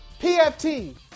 PFT